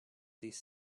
these